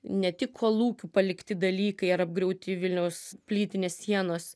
ne tik kolūkių palikti dalykai ar apgriauti vilniaus plytinės sienos